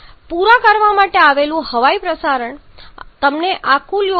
પૂરા કરવા માટે આવેલું હવાઈ પ્રસારણ તમને આ કુલ યોગદાન 1